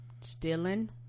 stealing